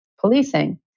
policing